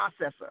processor